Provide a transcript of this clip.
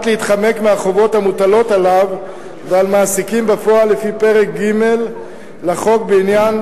להתחמק מהחובות המוטלות עליהם ועל מעסיקים בפועל לפי פרק ג' לחוק בעניין